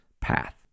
path